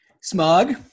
Smog